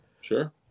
Sure